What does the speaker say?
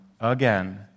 again